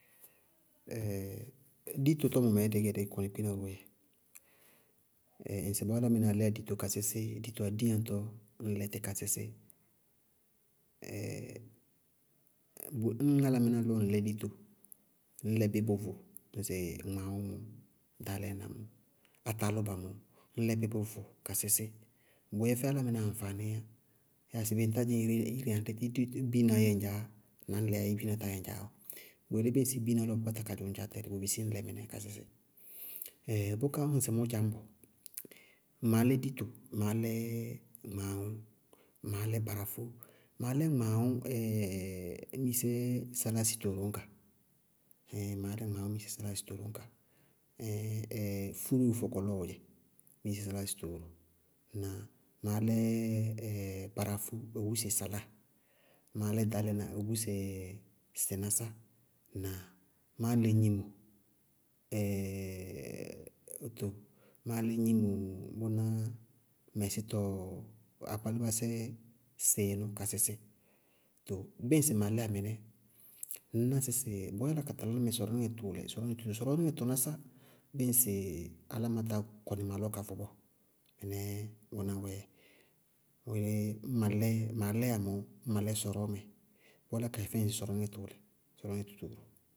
dito tɔmɔmɛɛ dɩí gɛ dí kɔnɩ kpinaróó yɛ. ŋsɩbɔɔ álámɩnáa lɛyá dito ka sísí, dito adiyáŋtɔɔ, ññ lɛ tí ka sísí, ñŋ álámɩná lɔ ŋ lɛ dito, ñlɛ bí bʋvʋ, ŋsɩ gmaawʋ mɔ, ɖaálaná m ɔ, átálʋba mɔɔ ññ lɛ bí bʋvʋ ka sísí bʋyɛ fɛ álámɩná aŋfaanííyá, yáa sɩbé ŋtá dzɩŋ ire aŋdɛɛ biinaá yɛ ŋdzaá na ñ lɛ abéé bina táa yɛ ŋdzaá bɔɔ, bʋyelé bíɩ ŋsɩ biina lɔ bʋ kpáta ka dzʋ ŋdzaá tɛlɩ, bʋ bisí ñ lɛ mɩnɛ ka sísí. Bʋká ñŋsɩ mʋ dzá ñbʋ, maá lɛ dito, maá lɛ gmaawʋ, maá lɛ barafó. Máá lɛ gmaawʋ míisɛ saláa sɩtooro ñka ɛɛ maá lɛ gmaawʋ míisɛ saláa sɩtooro ñka, fúróo fɔkɔlɔɔ dzɛ, míisɛ saláa sɩtooro, maá lɛ barafó ogúse saláa, maá lɛ ɖaálaná ogúse sɩnásá. Ŋnáa? Máá lɛ gnimo wóto, máá lɛ gnimo, bʋná mɛsítɔɔ ɛɛɛ akpálábásɛ sɩɩnʋ ka sísí too bíɩ ŋsɩ maa lɛyá mɩnɛ, ŋñná sɩsɩ bʋʋ yála ka tala ná mɛ sɔníŋɛ tʋʋlɛ, sɔrɔníŋɛ tʋtooro, sɔrɔníŋɛ tʋnásá bíɩ ŋsɩ aláma tá kɔnɩ malɔ ka vʋ bɔɔ, mɩnɛɛ bʋná wɛɛ dzɛ. Bʋyelé ñŋ ma lɛɛ maa lɛyá mɔɔ ñŋ ma lɛ sɔrɔɔmɛ, bʋʋ yála ka yɛ fɛŋ sɔrɔníŋɛ tʋʋlɛ, sɔrɔníŋɛ tʋtooro.